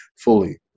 fully